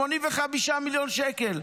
85 מיליון שקל.